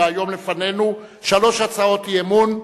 והיום לפנינו שלוש הצעות אי-אמון.